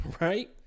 right